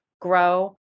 grow